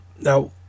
Now